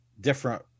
different